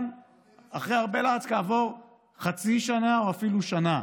אחרי הרבה לחץ כעבור חצי שנה או אפילו שנה.